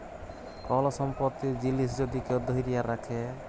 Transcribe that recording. call সম্পত্তির জিলিস যদি কেউ ধ্যইরে রাখে